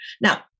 Now